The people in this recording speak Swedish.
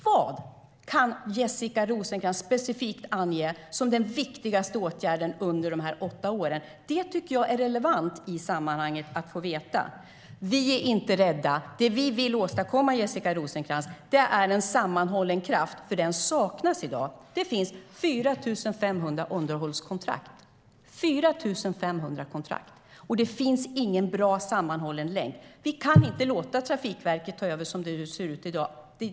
Vad kan Jessica Rosencrantz specifikt ange som den viktigaste åtgärden under de åtta åren? Det tycker jag är relevant i sammanhanget att få veta. Vi är inte rädda. Det vi vill åstadkomma, Jessica Rosencrantz, är en sammanhållen kraft, för den saknas i dag. Det finns 4 500 underhållskontrakt, och det finns ingen bra sammanhållen länk. Vi kan inte låta Trafikverket ta över som det ser ut i dag.